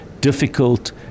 difficult